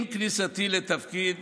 עם כניסתי לתפקיד